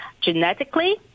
genetically